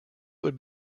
would